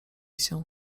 się